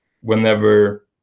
whenever